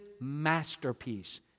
masterpiece